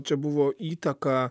čia buvo įtaka